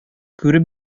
күреп